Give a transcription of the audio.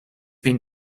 been